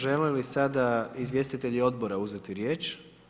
Žele li sada izvjestitelji odbora uzeti riječ?